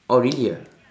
oh really ah